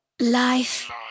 Life